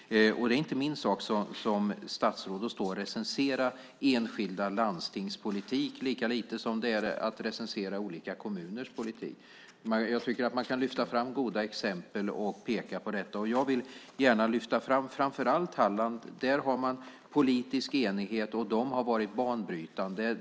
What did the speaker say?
Det är inte min sak som statsråd att recensera enskilda landstings politik lika lite som att recensera olika kommuners politik. Jag tycker att man kan lyfta fram goda exempel, och jag vill gärna lyfta fram framför allt Halland. Där är det politisk enighet, och de har varit banbrytande.